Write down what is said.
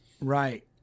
Right